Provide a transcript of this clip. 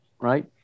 right